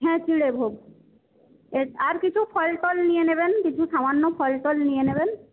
হ্যাঁ চিঁড়ে ভোগ আর কিছু ফল টল নিয়ে নেবেন কিছু সামান্য ফল টল নিয়ে নেবেন